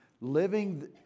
living